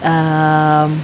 um